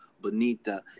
bonita